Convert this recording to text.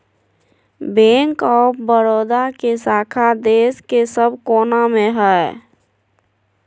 bank of Baroda के शाखा देश के सब कोना मे हय